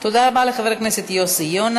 תודה רבה לחבר הכנסת יוסי יונה.